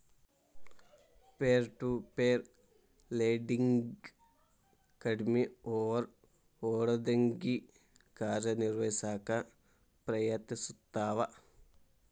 peer to peer lending ಕಡ್ಮಿ ಓವರ್ ಹೆಡ್ನೊಂದಿಗಿ ಕಾರ್ಯನಿರ್ವಹಿಸಕ ಪ್ರಯತ್ನಿಸ್ತವ